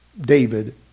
David